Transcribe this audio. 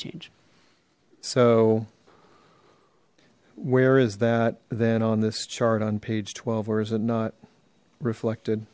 change so where is that then on this chart on page twelve or is it not reflected